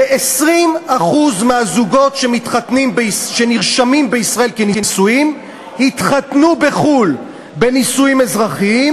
כ-20% מהזוגות שנרשמים בישראל כנשואים התחתנו בחו"ל בנישואים אזרחיים,